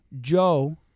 Joe